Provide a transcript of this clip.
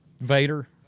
Vader